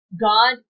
God